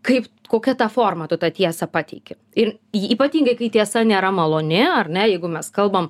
kaip kokia ta forma tu tą tiesą pateiki ir ypatingai kai tiesa nėra maloni ar ne jeigu mes kalbam